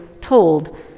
told